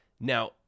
Now